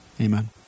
Amen